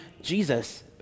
Jesus